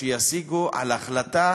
להשיג על החלטה